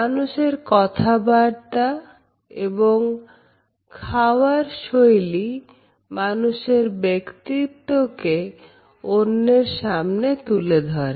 মানুষের কথাবার্তা এবং খাওয়ার শৈলী মানুষের ব্যক্তিত্বকে অন্যের সামনে তুলে ধরে